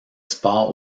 sport